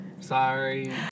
Sorry